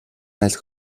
айл